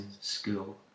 school